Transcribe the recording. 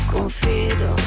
Confido